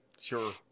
Sure